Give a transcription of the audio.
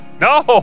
No